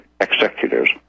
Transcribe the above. executors